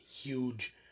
huge